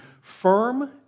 firm